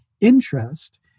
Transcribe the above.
interest